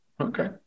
Okay